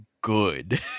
good